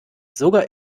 sogar